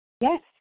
Yes